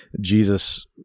Jesus